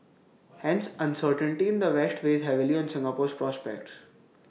hence uncertainty in the west weighs heavily on Singapore's prospects